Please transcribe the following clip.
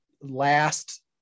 last